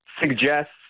suggests